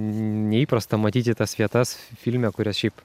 neįprasta matyti tas vietas filme kurias šiaip